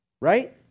right